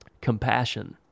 Compassion